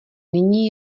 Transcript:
nyní